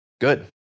Good